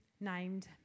named